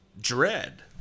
dread